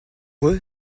eux